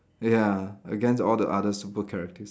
ya against all the other super characters